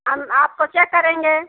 हम आपको चेक करेंगे